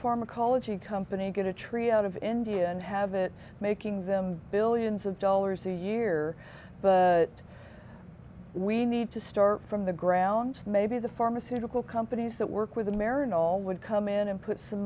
pharmacology company get a tree out of india and have it making them billions of dollars a year we need to start from the ground maybe the pharmaceutical companies that work with america all would come in and put some